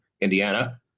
Indiana